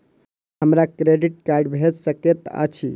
हमरा credit card भेट सकैत अछि?